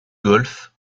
golfe